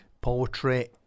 poetry